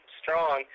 strong